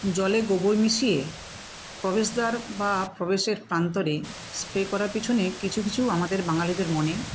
জলে গোবর মিশিয়ে প্রবেশদ্বার বা প্রবেশের প্রান্তরে স্প্রে করার পিছনে কিছু কিছু আমাদের বাঙালিদের মনে